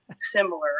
similar